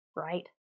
Right